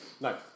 No